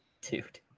Dude